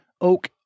oak